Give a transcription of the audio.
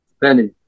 Benny